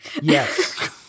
Yes